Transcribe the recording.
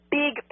big